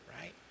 right